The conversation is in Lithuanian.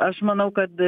aš manau kad